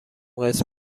قسط